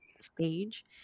stage